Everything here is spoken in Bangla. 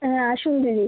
হ্যাঁ আসুন দিদি